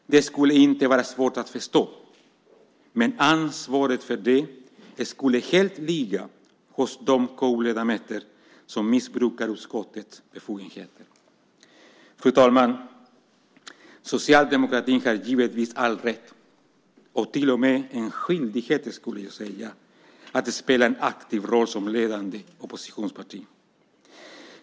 Det skulle inte vara svårt att förstå, men ansvaret för det skulle helt ligga hos de KU-ledamöter som missbrukat utskottets befogenheter. Fru talman! Socialdemokratin har givetvis all rätt, och till och med en skyldighet skulle jag säga, att spela en aktiv roll som ledande oppositionsparti.